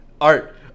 Art